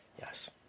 Yes